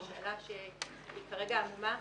היא שאלה שכרגע היא עמומה